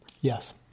Yes